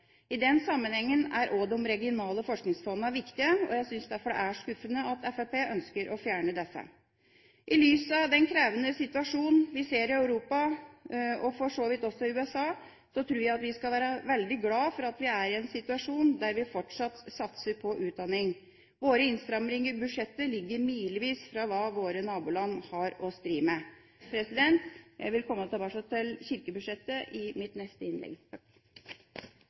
I denne sammenhengen er også de regionale forskningsfondene viktige. Jeg synes derfor det er skuffende at Fremskrittspartiet ønsker å fjerne disse. I lys av den krevende situasjonen vi ser i Europa, og for så vidt også i USA, tror jeg vi skal være veldig glad for at vi er i en situasjon der vi fortsatt satser på utdanning. Våre innstramminger i budsjettet ligger milevis fra hva våre naboland har å stri med. Jeg vil komme tilbake til kirkebudsjettet i mitt neste innlegg.